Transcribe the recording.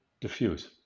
diffuse